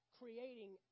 creating